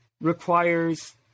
requires